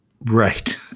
Right